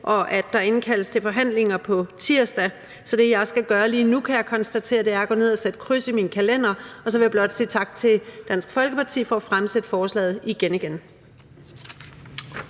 og at der indkaldes til forhandlinger på tirsdag. Så det, jeg skal gøre lige nu, kan jeg konstatere, er at gå ned og sætte kryds i min kalender. Og så vil jeg blot sige tak til Dansk Folkeparti for at fremsætte forslaget igen igen.